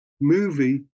movie